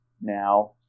Now